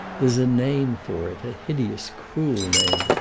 there's a name for it, a hideous, cruel name.